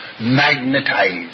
magnetized